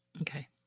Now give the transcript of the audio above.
Okay